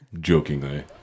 jokingly